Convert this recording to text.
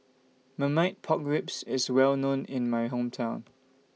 Marmite Pork Ribs IS Well known in My Hometown